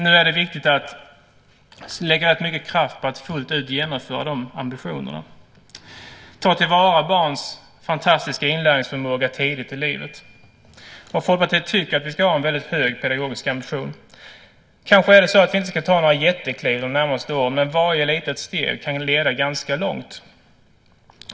Nu är det viktigt att lägga mycket kraft på att fullt ut genomföra de ambitionerna och ta till vara barns fantastiska inlärningsförmåga tidigt i livet. Folkpartiet tycker att vi ska ha en väldigt hög pedagogisk ambition. Kanske vi inte ska ta några jättekliv de närmaste åren, men varje litet steg kan leda ganska långt.